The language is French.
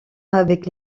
avec